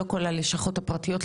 שלא כל הלשכות הפרטיות,